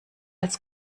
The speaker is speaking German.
als